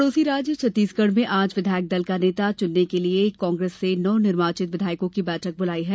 पड़ोसी राज्य छत्तीसगढ़ में आज विधायक दल का नेता चुनने के लिए कांग्रेस ने नवनिर्वाचित विधायकों की बैठक बुलाई है